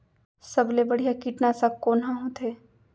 सबले बढ़िया कीटनाशक कोन ह होथे?